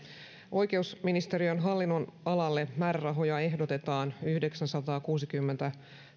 oikeusministeriön hallinnonalalle määrärahoja ehdotetaan yhdeksänsataakuusikymmentäkaksi